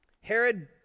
Herod